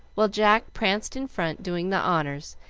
while jack pranced in front, doing the honors,